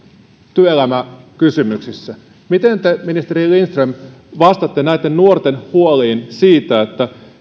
työelämäkysymyksissä miten te ministeri lindström vastaatte näitten nuorten huoliin siitä